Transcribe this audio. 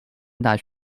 大学